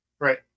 Right